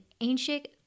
ancient